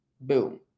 boom